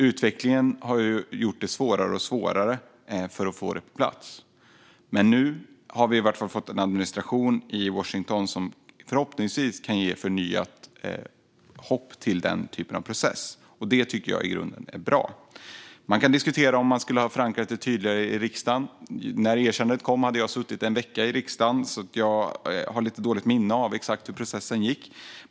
Utvecklingen har ju gjort det svårare och svårare att få detta på plats. Men nu har vi fått en administration i Washington som förhoppningsvis kan ge förnyat hopp till den typen av process. Det är i grunden bra. Man kan diskutera om man skulle ha förankrat det tydligare i riksdagen. När erkännandet kom hade jag suttit en vecka i riksdagen, så jag har lite dåligt minne av exakt hur processen gick.